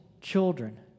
children